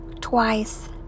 twice